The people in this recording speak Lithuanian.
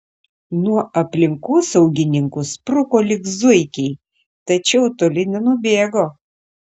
nuo aplinkosaugininkų spruko lyg zuikiai tačiau toli nenubėgo